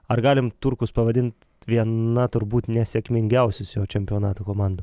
ar galim turkus pavadint viena turbūt nesėkmingiausius jau čempionato komanda